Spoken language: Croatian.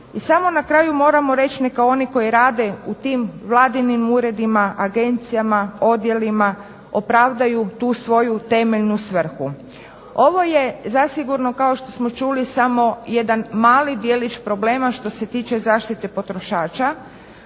i samo na kraju moramo reć, neka oni koji rade u tim vladinim uredima, agencijama, odjelima opravdaju tu svoju temeljnu svrhu. Ovo je zasigurno kao što smo čuli samo jedan mali djelić problema što se tiče zaštite potrošača.